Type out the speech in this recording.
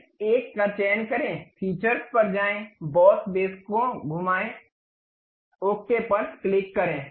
इस एक का चयन करें फीचर्स पर जाएं बॉस बेस को घुमाए ओके पर क्लिक करें